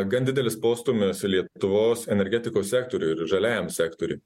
gan didelis postūmis lietuvos energetikos sektoriui ir žaliajam sektoriui